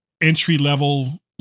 entry-level